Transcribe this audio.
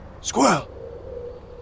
Squirrel